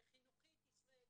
וחינוכית ישראלית,